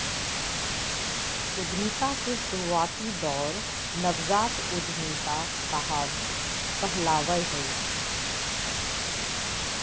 उद्यमिता के शुरुआती दौर नवजात उधमिता कहलावय हय